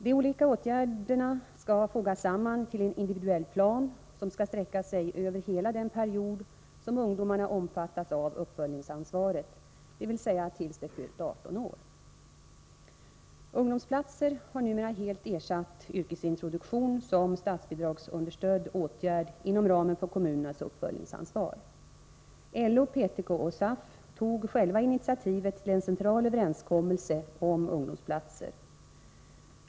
De olika åtgärderna skall fogas samman till en individuell plan som skall sträcka sig över hela den period som ungdomarna omfattas av uppföljningsansvaret, dvs. tills de fyllt 18 år. Ungdomsplatser har numera helt ersatt yrkesintroduktion som statsbidragsunderstödd åtgärd inom ramen för kommunernas uppföljningsansvar. LO, PTK och SAF tog själva initiativet till en central överenskommelse om ungdomsplatser.